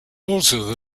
also